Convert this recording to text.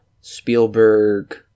Spielberg